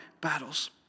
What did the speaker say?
battles